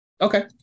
Okay